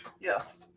Yes